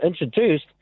introduced